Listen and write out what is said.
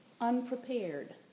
unprepared